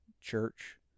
church